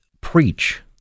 preach